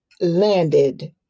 landed